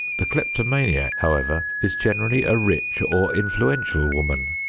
the kleptomaniac, however, is generally a rich or influential woman.